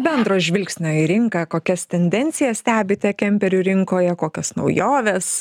bendro žvilgsnio į rinką kokias tendencijas stebite kemperių rinkoje kokios naujovės